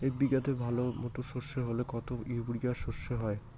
এক বিঘাতে ভালো মতো সর্ষে হলে কত ইউরিয়া সর্ষে হয়?